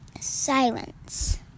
Silence